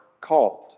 called